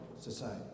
society